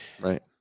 right